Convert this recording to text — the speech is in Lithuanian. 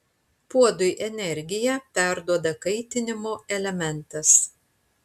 puodui energiją perduoda kaitinimo elementas